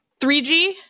3g